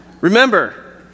Remember